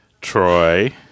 Troy